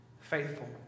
faithful